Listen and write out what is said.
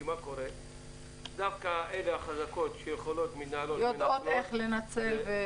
כי דווקא החזקות שיכולות ---- יודעות איך לנצל.